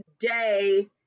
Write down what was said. today